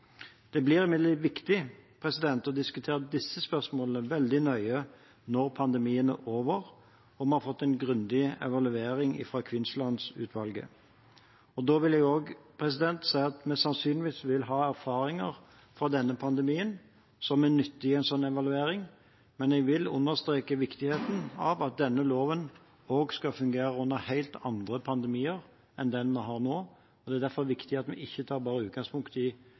Det blir imidlertid viktig å diskutere disse spørsmålene veldig nøye når pandemien er over og vi har fått en grundig evaluering fra Kvinnsland-utvalget. Da vil jeg også si at vi sannsynligvis vil ha erfaringer fra denne pandemien som er nyttige i en sånn evaluering, men jeg vil understreke viktigheten av at denne loven også skal fungere under helt andre pandemier enn den vi har nå. Det er derfor viktig at vi ikke tar utgangspunkt i